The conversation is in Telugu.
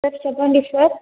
సార్ చెప్పండి సార్